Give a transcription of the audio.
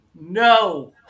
no